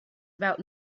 about